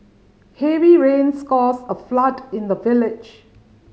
heavy rains caused a flood in the village